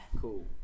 Cool